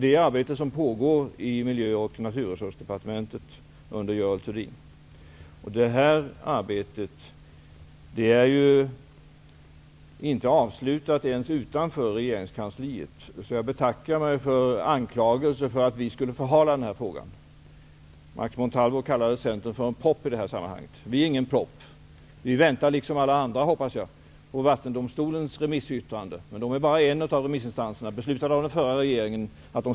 Det arbetet pågår i Miljö och Det arbetet är inte avslutat ens utanför regeringskansliet. Jag betackar mig för anklagelser för att vi skulle förhala frågan. Max Montalvo kallade Centern för en propp i det här sammanhanget. Vi är ingen propp. Vi väntar -- liksom alla andra, hoppas jag -- på Vattendomstolens remissyttrande. Men den är bara en av remissinstanserna, enligt beslut av den förra regeringen.